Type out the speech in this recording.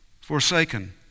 forsaken